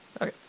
Okay